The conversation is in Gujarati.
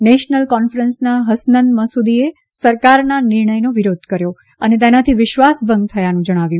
નેશનલ કોન્ફરન્સના હસનન મસૂદીએ સરકારના નિર્ણયનો વિરોધ કર્યો અને તેનાથી વિશ્વાસભંગ થયાનું જણાવ્યું